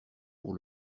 pour